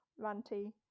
ranty